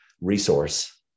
resource